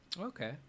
Okay